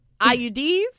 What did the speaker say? IUDs